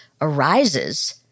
arises